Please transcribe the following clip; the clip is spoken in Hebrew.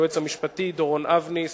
היועץ המשפטי דורון אבני,